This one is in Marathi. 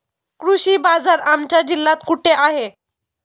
कृषी बाजार आमच्या जिल्ह्यात कुठे आहे?